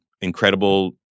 incredible